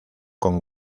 con